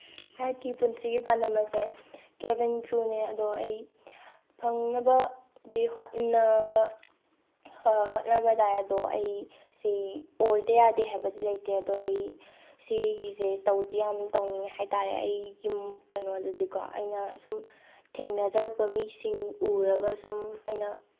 ꯑꯩꯍꯥꯛꯀꯤ ꯄꯨꯟꯁꯤꯒꯤ ꯄꯥꯟꯗꯝ ꯑꯁꯦ ꯀꯦꯕꯤꯟ ꯀ꯭ꯔꯨꯅꯤ ꯑꯗꯣ ꯑꯩ ꯐꯪꯅꯕꯗꯤ ꯍꯣꯠꯅꯕ ꯍꯣꯠꯅꯕ ꯇꯥꯏ ꯑꯗꯣ ꯑꯩ ꯁꯤ ꯑꯣꯏꯗ ꯌꯥꯗꯦ ꯍꯥꯏꯕꯗꯤ ꯂꯩꯇꯦ ꯑꯗꯣ ꯑꯩ ꯁꯤꯒꯤꯁꯦ ꯇꯧꯗꯤ ꯌꯥꯝ ꯇꯧꯅꯤꯡꯉꯦ ꯍꯥꯏ ꯇꯥꯔꯦ ꯑꯩꯒꯤ ꯀꯩꯅꯣꯗꯗꯤꯀꯣ ꯑꯩꯅ ꯁꯨꯝ ꯊꯦꯡꯅꯖꯔꯛꯄ ꯃꯤꯁꯤꯡ ꯎꯔꯒ ꯁꯨꯝ ꯑꯩꯅ